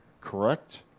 Correct